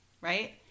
right